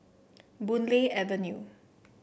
Boon Lay Avenue